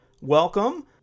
welcome